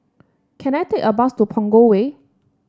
can I take a bus to Punggol Way